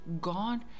God